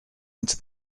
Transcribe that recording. into